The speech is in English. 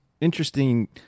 interesting